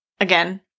again